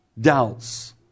doubts